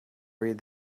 read